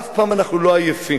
שאף פעם אנחנו לא עייפים.